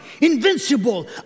invincible